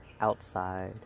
outside